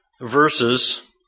verses